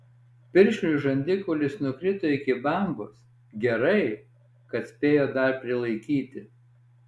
piršliui žandikaulis nukrito iki bambos gerai kad spėjo dar prilaikyti